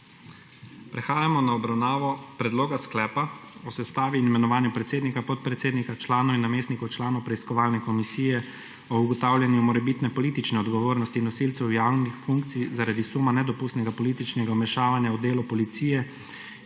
Prehajamo na obravnavo Predloga sklepa o sestavi in imenovanju predsednika, podpredsednika, članov in namestnikov članov Preiskovalne komisije o ugotavljanju morebitne politične odgovornosti nosilcev javnih funkcij zaradi nedopustnega političnega vmešavanja v delo Policije